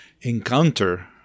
encounter